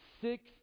six